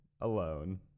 alone